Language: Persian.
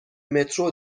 مترو